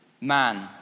man